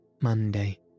Monday